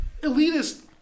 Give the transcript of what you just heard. elitist